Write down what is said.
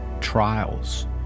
trials